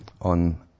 on